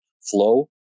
Flow